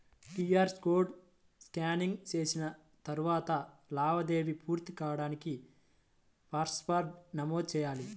QR code scanning చేసిన తరువాత లావాదేవీ పూర్తి కాడానికి పాస్వర్డ్ను నమోదు చెయ్యాలి